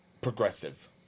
progressive